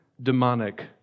demonic